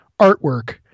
Artwork